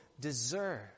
deserve